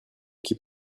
keep